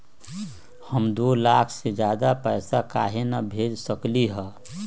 हम दो लाख से ज्यादा पैसा काहे न भेज सकली ह?